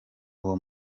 uwo